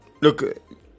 Look